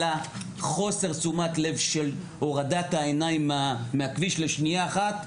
אלא חוסר תשומת לב של הורדת העיניים מהכביש לשנייה אחת.